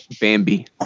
Bambi